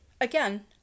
again